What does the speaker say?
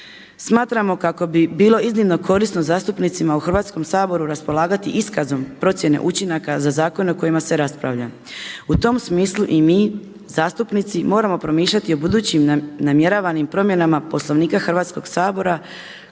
Smatramo kako bi bilo iznimno korisno zastupnicima u Hrvatskom saboru raspolagati iskazom procjene učinaka za zakone o kojima se raspravlja. U tom smislu i mi zastupnici moram promišljati o budućim namjeravanim promjenama Poslovnika Hrvatskog sabora